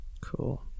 cool